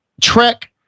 Trek